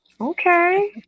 Okay